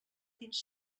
dins